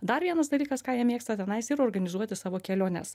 dar vienas dalykas ką jie mėgsta tenais ir organizuoti savo keliones